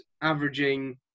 averaging